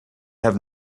have